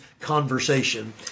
Conversation